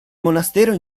monastero